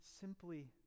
simply